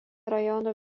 rajono